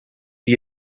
die